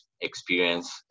experience